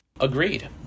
Agreed